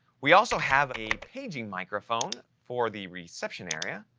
we also have a paging microphone for the reception area,